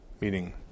Meaning